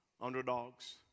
Underdogs